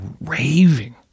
raving